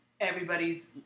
everybody's